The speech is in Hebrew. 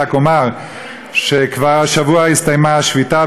רק אומר שכבר הסתיימה השבוע השביתה,